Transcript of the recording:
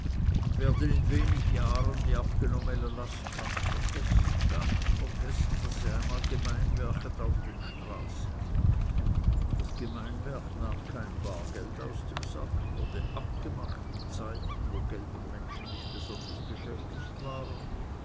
und werden in wenig jahren die abgenommene last ganz vergessen ganz vergessen daß sie einmal gmeinwerchet auf den straßen das gmeinwerk nahm kein bar geld aus dem sack wurde abgemacht in zeiten wo geld und menschen nicht besonders beschäftigt waren